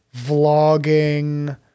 vlogging